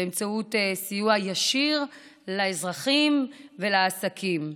באמצעות סיוע ישיר לאזרחים ולעסקים.